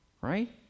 Right